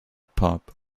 pop